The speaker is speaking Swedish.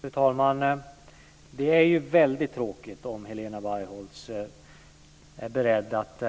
Fru talman! Det är väldigt tråkigt om Helena Bargholtz är beredd att